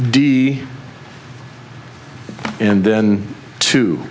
d and then two